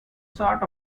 sort